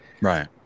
right